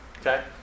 Okay